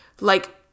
like-